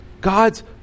God's